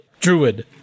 druid